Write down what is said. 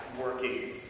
working